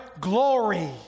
glory